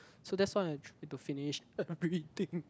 so that's why I try to finish everything